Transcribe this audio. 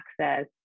access